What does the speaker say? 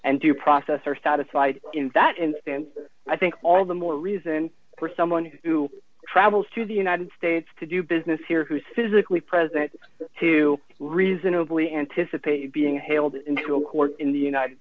and due process are satisfied in that instance i think all the more reason for someone who travels to the united states to do business here who's physically present to reasonably anticipated being hailed into a court in the united